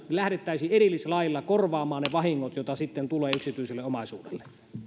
lähdettäisiin erillislailla korvaamaan ne vahingot joita tulee yksityiselle omaisuudelle